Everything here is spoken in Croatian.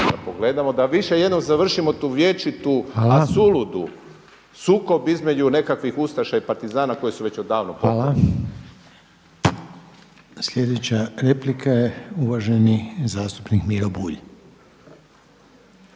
… pogledamo da više jednom završimo tu vječitu, a suludu sukob između nekakvih ustaša i partizana koji su već odavno pokopani. **Reiner, Željko (HDZ)** Hvala. Sljedeća replika je uvaženi zastupnik Miro Bulj.